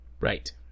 Right